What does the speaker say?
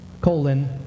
colon